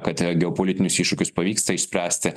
kad a geopolitinius iššūkius pavyksta išspręsti